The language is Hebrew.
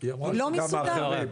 וגם תרגום לרוסית